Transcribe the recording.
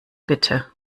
bitte